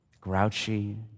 grouchy